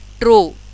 True